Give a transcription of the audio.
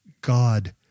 God